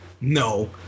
no